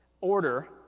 order